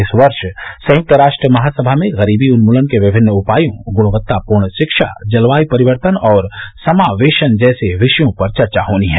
इस वर्ष संयुक्त राष्ट्र महासभा में गरीबी उन्मूलन के विभिन्न उपायों ग्णवत्तापूर्ण शिक्षा जलवायु परिवर्तन और समावेशन जैसे विषयों पर चर्चा होनी है